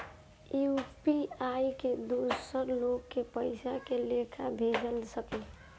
UPI से दोसर लोग के पइसा के लेखा भेज सकेला?